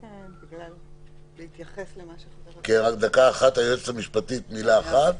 היועצת המשפטית, בבקשה.